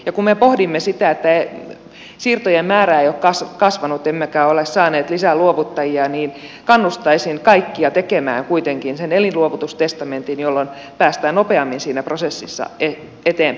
kun me pohdimme sitä että siirtojen määrä ei ole kasvanut emmekä ole saaneet lisää luovuttajia niin kannustaisin kaikkia tekemään kuitenkin sen elinluovutustestamentin jolloin päästään nopeammin siinä prosessissa eteenpäin